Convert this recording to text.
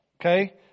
Okay